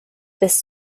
this